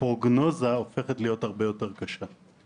הפרוגנוזה הופכת להיות הרבה יותר קשה.